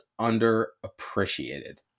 underappreciated